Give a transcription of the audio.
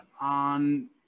on